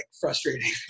frustrating